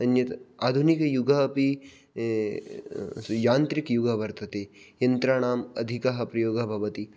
अन्यत् आधुनिकयुगः अपि यान्त्रिकयुगः वर्तते यन्त्राणाम् अधिकः प्रयोगः भवति